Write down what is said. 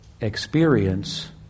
experience